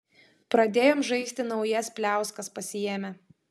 pradėjom žaisti naujas pliauskas pasiėmę